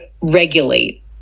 regulate